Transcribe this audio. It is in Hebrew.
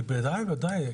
ודאי וודאי.